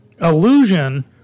illusion